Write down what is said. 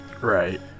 Right